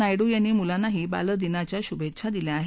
नायडू यांनी मुलांनाही बालदिनाच्या शुभेच्छा दिल्या आहेत